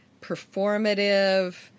performative